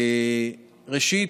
ראשית,